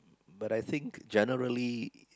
but I think generally